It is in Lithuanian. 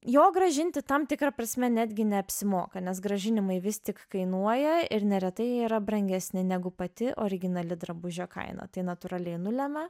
jo grąžinti tam tikra prasme netgi neapsimoka nes grąžinimai vis tik kainuoja ir neretai jie yra brangesni negu pati originali drabužio kaina tai natūraliai nulemia